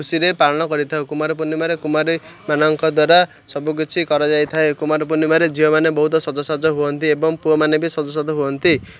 ଖୁସିରେ ପାଳନ କରିଥାଉ କୁମାର ପୂର୍ଣ୍ଣିମାରେ କୁମାରୀମାନଙ୍କ ଦ୍ୱାରା ସବୁକିଛି କରାଯାଇଥାଏ କୁମାର ପୂର୍ଣ୍ଣିମାରେ ଝିଅମାନେ ବହୁତ ସଜସଜ ହୁଅନ୍ତି ଏବଂ ପୁଅମାନେ ବି ସଜସଜ ହୁଅନ୍ତି